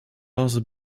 also